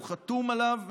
הוא חתום עליו,